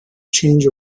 change